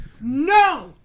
no